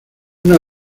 una